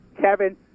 Kevin